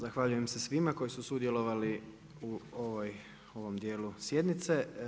Zahvaljujem se svima koji su sudjelovali u ovom dijelu sjednice.